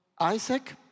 Isaac